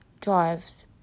Drives